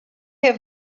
have